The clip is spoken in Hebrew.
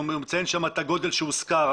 הוא מציין שם את הגודל שהושכר.